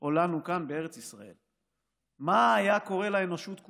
או לנו כאן בארץ ישראל, מה היה קורה לאנושות כולה.